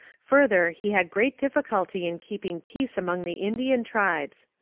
further, he had great difficulty in keeping peace among the indian tribes.